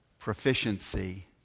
Proficiency